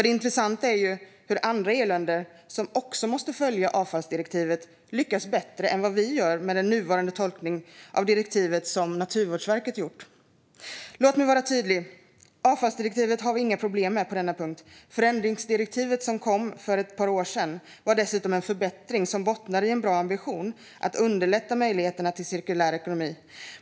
Det intressanta är ju hur andra EU-länder, som också måste följa avfallsdirektivet, lyckas bättre än vad vi gör med den nuvarande tolkningen av direktivet som Naturvårdsverket gjort. Låt mig vara tydlig: Vi har inga problem med avfallsdirektivet på denna punkt. Förändringsdirektivet som kom för ett par år sedan var dessutom en förbättring som bottnar i en bra ambition att underlätta möjligheterna till cirkulär ekonomi.